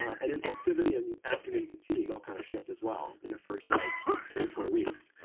and impulsivity, and afternoon fatigue, all kind of shift as well, in the first like three or four weeks.